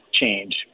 change